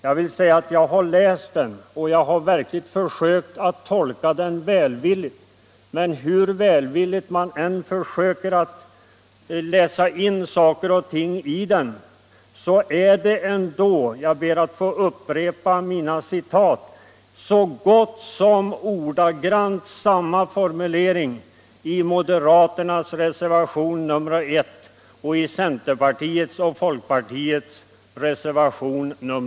Jag har läst den, och jag har verkligen försökt att tolka den välvilligt, men hur välvilligt man än försöker läsa den finner man ändå, som framgått av mina citat, att det är så gott som ordagrant samma formuleringar i moderaternas reservation 1 som i centerpartiets och folkpartiets reservation 2.